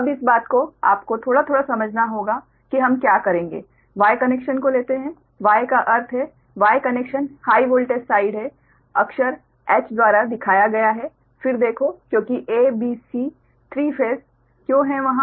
अब इस बात को आपको थोड़ा थोड़ा समझना होगा कि हम क्या करेंगे Y कनेक्शन को लेते है Y का अर्थ है Y connection high voltage side है अक्षर H द्वारा दिखाया गया है फिर देखो क्योंकि A B C three phase क्यों हैं वहाँ